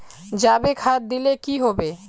जाबे खाद दिले की होबे?